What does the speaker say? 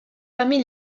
parmi